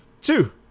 two